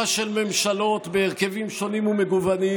של ממשלות בהרכבים שונים ומגוונים.